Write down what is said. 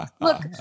Look